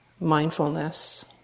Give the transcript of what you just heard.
mindfulness